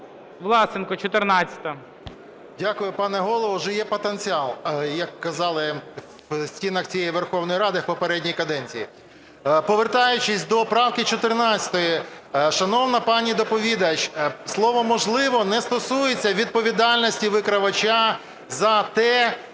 ВЛАСЕНКО С.В. Дякую, пане Голово. Вже є потенціал, як казали в стінах цієї Верховної Ради у попередній каденції. Повертаючись до правки 14. Шановна пані доповідач, слово "можливо" не стосується відповідальності викривача за ту